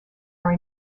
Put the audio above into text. are